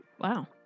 Wow